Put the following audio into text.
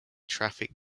traffic